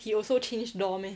he also change door meh